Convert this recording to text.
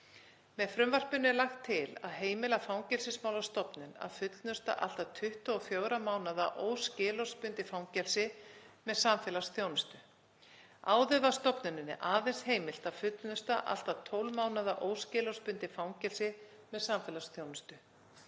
Með frumvarpinu er lagt til að heimila Fangelsismálastofnun að fullnusta allt að 24 mánaða óskilorðsbundið fangelsi með samfélagsþjónustu. Áður var stofnuninni aðeins heimilt að fullnusta allt að 12 mánaða óskilorðsbundið fangelsi með samfélagsþjónustu.